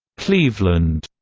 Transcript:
cleveland,